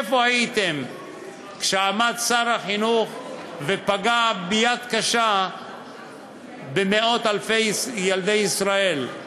איפה הייתם כשעמד שר החינוך ופגע ביד קשה במאות-אלפי ילדי ישראל?